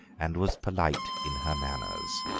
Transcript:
and was polite in her manners.